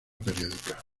periódica